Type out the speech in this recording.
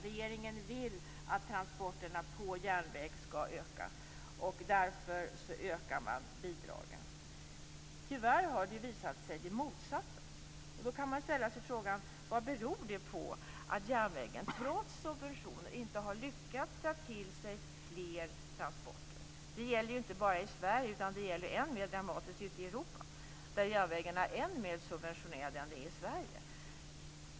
Regeringen vill att transporterna på järnväg skall öka. Därför ökar den bidragen. Tyvärr har det motsatta visat sig. Man kan ställa sig frågan: Vad beror det på att järnvägen trots subventioner inte har lyckats dra till sig fler transporter? Det gäller inte bara i Sverige, utan det gäller än mer dramatiskt ute i Europa. Där är järnvägarna än mer subventionerade än de är i Sverige.